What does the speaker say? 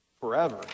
forever